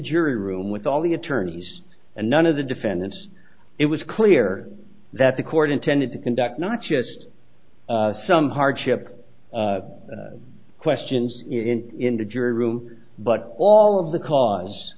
jury room with all the attorneys and none of the defendants it was clear that the court intended to conduct not just some hardship questions in in the jury room but all of the cause